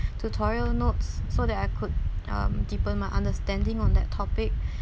tutorial notes so that I could um deepened my understanding on that topic